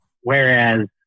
Whereas